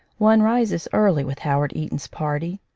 one rises early with howard eaton's party.